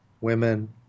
women